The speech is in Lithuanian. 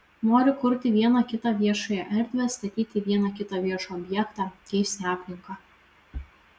noriu kurti vieną kitą viešąją erdvę statyti vieną kitą viešą objektą keisti aplinką